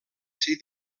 ser